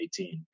2018